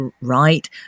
right